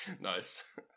nice